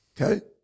Okay